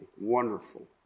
wonderful